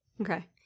Okay